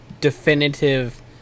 definitive